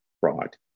fraud